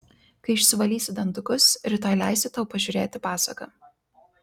kai išsivalysi dantukus rytoj leisiu tau pažiūrėti pasaką